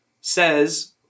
says